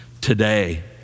today